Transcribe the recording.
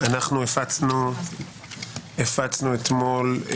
הפצנו אתמול,